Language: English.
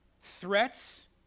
Threats